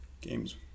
games